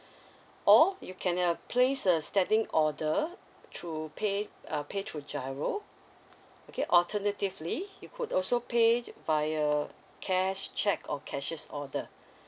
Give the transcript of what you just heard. or you can uh place a standing order through pay uh pay through giro okay alternatively you could also pay via cash cheque or cashiers order